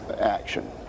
action